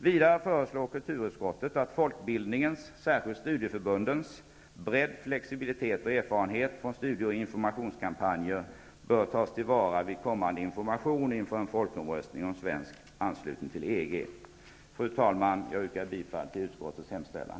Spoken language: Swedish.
Vidare föreslår kulturutskottet att folkbildningens, särskilt studieförbundens, bredd, flexibilitet och erfarenhet från studie och informationskampanjer bör tas till vara vid kommande information inför en folkomröstning om svensk anslutning till EG. Fru talman! Jag yrkar bifall till utskottets hemställan.